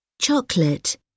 Chocolate